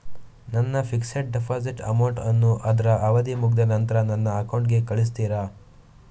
ನನ್ನ fixed deposit amount ಅನ್ನು ಅದ್ರ ಅವಧಿ ಮುಗ್ದ ನಂತ್ರ ನನ್ನ ಅಕೌಂಟ್ ಗೆ ಕಳಿಸ್ತೀರಾ?